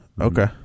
Okay